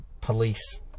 police